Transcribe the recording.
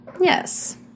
Yes